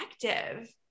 effective